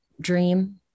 dream